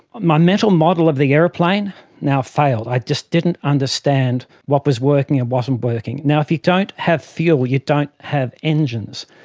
my mental model of the aeroplane now failed, i just didn't understand what was working and wasn't working. now, if you don't have fuel you don't have engines,